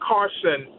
Carson